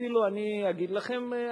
אני אגיד לכם,